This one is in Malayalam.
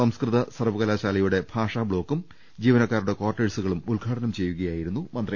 സംസ്കൃത സർവ്വകലാശാലയുടെ ഭാഷാ ബ്ലോക്കും ജീവനക്കാരുടെ കാർട്ടേഴ്സുകളും ഉദ്ഘാടനം ചെയ്യുകയായിരുന്നു മന്ത്രി